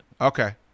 Okay